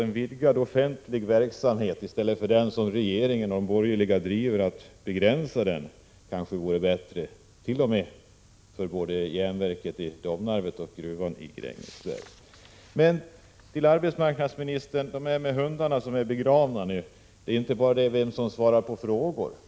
En vidgad offentlig verksamhet i stället för den inriktning som regeringen och de borgerliga har, att begränsa den, vore kanske bättre t.o.m. både för järnverket i Domnarvet och för gruvan i Grängesberg. Så till arbetsmarknadsministern och frågan om den hund som här ligger begravd. Det gäller inte bara vem som svarar på frågor.